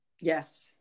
Yes